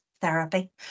therapy